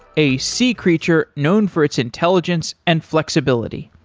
a sea creature known for its intelligence and flexibility.